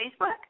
Facebook